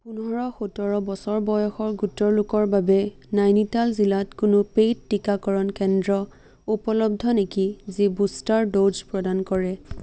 পোন্ধৰ সোতৰ বছৰ বয়সৰ গোটৰ লোকৰ বাবে নাইনিতাল জিলাত কোনো পেইড টিকাকৰণ কেন্দ্ৰ উপলব্ধ নেকি যি বুষ্টাৰ ড'জ প্ৰদান কৰে